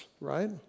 right